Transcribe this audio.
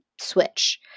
switch